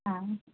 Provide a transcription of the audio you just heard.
ಹಾಂ